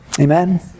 Amen